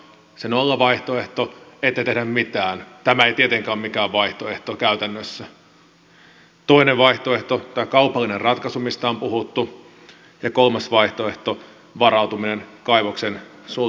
se nollavaihtoehto ettei tehdä mitään tämä ei tietenkään ole mikään vaihtoehto käytännössä toisena vaihtoehtona tämä kaupallinen ratkaisu mistä on puhuttu ja kolmantena vaihtoehtona varautuminen kaivoksen sulkemiseen